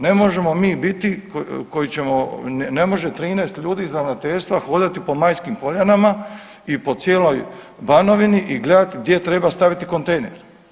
Ne možemo mi biti koji ćemo, ne može 13 ljudi iz ravnateljstva hodati po Majskim Poljanama i po cijeloj Banovini i gledati gdje treba staviti kontejner.